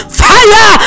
fire